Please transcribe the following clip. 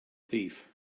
thief